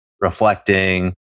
reflecting